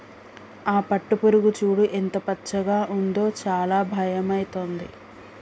ఆ పట్టుపురుగు చూడు ఎంత పచ్చగా ఉందో చాలా భయమైతుంది